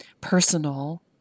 personal